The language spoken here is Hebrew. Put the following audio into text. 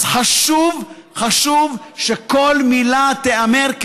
אז חשוב שכל מילה תיאמר,